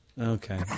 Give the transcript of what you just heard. Okay